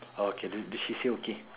okay she she say okay